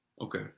okay